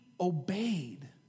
obeyed